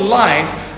life